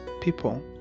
people